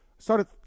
started